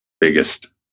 biggest